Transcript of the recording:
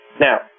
Now